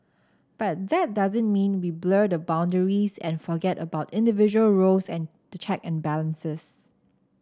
but that doesn't mean we blur the boundaries and forget about individual roles and check and balances